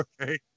okay